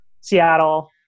Seattle